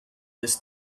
this